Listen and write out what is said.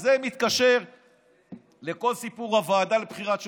וזה מתקשר לכל סיפור הוועדה לבחירת שופטים.